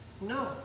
No